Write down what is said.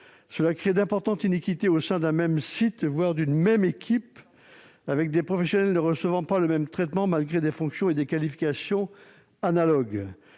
crée d'importantes iniquités au sein d'un même établissement, voire d'une même équipe, puisque les professionnels ne perçoivent pas tous le même traitement, malgré des fonctions et des qualifications analogues.